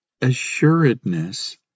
assuredness